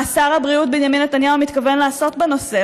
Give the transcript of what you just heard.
מה שר הבריאות בנימין נתניהו מתכוון לעשות בנושא?